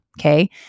okay